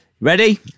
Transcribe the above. ready